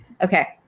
Okay